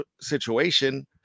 situation